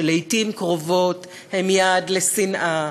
שלעתים קרובות הם יעד לשנאה,